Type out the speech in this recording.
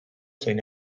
zein